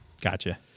gotcha